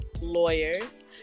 lawyers